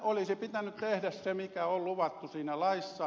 olisi pitänyt tehdä se mikä on luvattu siinä laissa